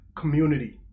community